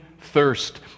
thirst